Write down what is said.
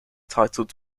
titled